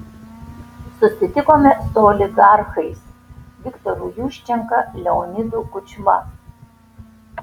susitikome su oligarchais viktoru juščenka leonidu kučma